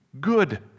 good